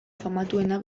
famatuena